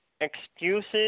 excuses